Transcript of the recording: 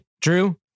Drew